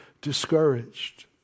discouraged